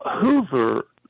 Hoover